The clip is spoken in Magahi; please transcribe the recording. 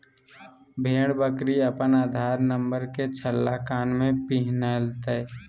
भेड़ बकरी अपन आधार नंबर के छल्ला कान में पिन्हतय